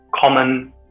common